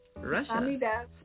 Russia